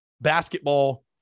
basketball